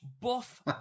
Buff